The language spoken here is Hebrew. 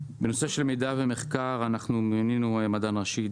בנושא מידע ומחקר מינינו מדען ראשי,